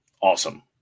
awesome